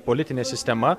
politinė sistema